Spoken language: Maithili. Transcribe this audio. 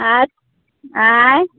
अछि आँय